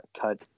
cut